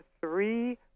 three